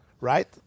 right